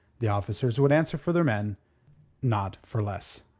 the officers would answer for their men not for less.